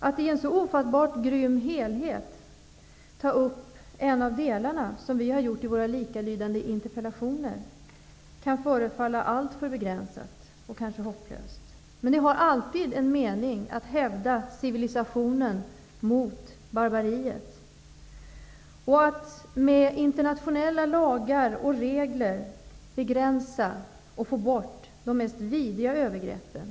Att i en så ofattbar grym helhet ta upp en del, som vi har gjort i våra likalydande interpellationer, kan förefalla alltför begränsat och kanske hopplöst. Men det har alltid en mening att hävda civilisationen mot barbariet och att med internationella lagar och regler begränsa och få bort de mest vidriga övergreppen.